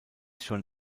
schon